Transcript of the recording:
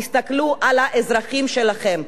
תסתכלו על האזרחים שלכם,